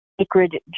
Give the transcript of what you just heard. sacred